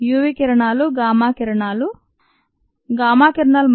UV కిరణాలు gamma కిరణాలు gamma కిరణాలు